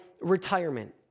retirement